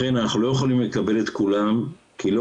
לכן אנחנו לא יכולים לקבל את כולם כי לא